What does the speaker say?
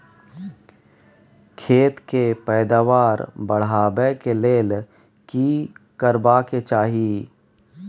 खेत के पैदावार बढाबै के लेल की करबा के चाही?